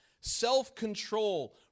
self-control